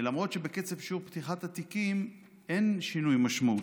למרות שבקצב שיעור פתיחת התיקים אין שינוי משמעותי.